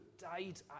died